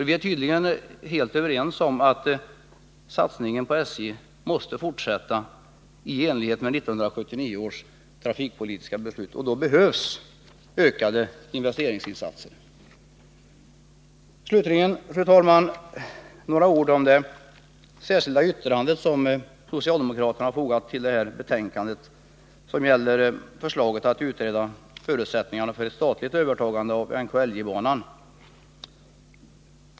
Vi är tydligen helt överens om att satsningen på SJ måste fortsätta i enlighet med 1979 års trafikpolitiska beslut, och för detta behövs ökade investeringsinsatser. Slutligen, fru talman, några ord om det särskilda yttrande som socialdemokraterna fogat vid betänkandet och som gäller förslaget att utreda förutsättningarna för ett statligt övertagande av NKLJ-banan.